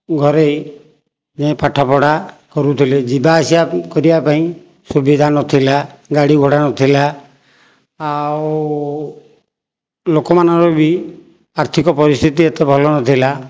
ଘରେ ଯାଇଁ ପାଠ ପଢ଼ା କରୁଥିଲେ ଯିବା ଆସିବା କରିବା ପାଇଁ ସୁବିଧା ନଥିଲା ଗାଡ଼ି ଘୋଡ଼ା ନଥିଲା ଆଉ ଲୋକମାନଙ୍କର ବି ଆର୍ଥିକ ପରିସ୍ଥିତି ଏତେ ଭଲ ନଥିଲା